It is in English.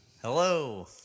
hello